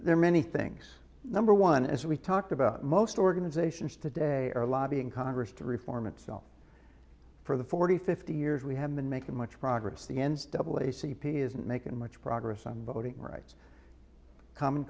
there are many things number one as we talked about most organizations today are lobbying congress to reform itself for the forty fifty years we have been making much progress against double a c p isn't making much progress on voting rights common